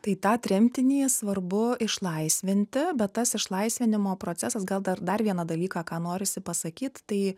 tai tą tremtinį svarbu išlaisvinti bet tas išlaisvinimo procesas gal dar dar vieną dalyką ką norisi pasakyt tai